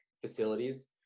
facilities